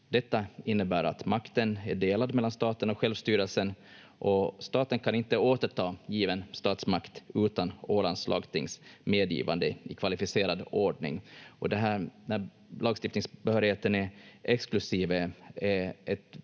Detta innebär att makten är delad mellan staten och självstyrelsen, och staten kan inte återta given statsmakt utan Ålands lagtings medgivande i kvalificerad ordning. Det här att lagstiftningsbehörigheten är exklusiv